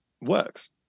works